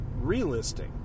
relisting